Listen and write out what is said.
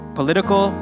political